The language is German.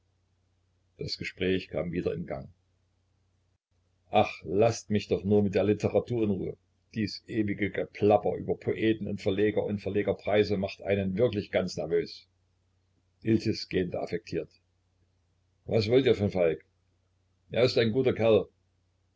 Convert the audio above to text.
das gespräch kam wieder in gang ach laßt mich nur mit der literatur in ruhe dies ewige geplapper über poeten und verleger und verlegerpreise macht einen wirklich ganz nervös iltis gähnte affektiert was wollt ihr vom falk er ist ein guter kerl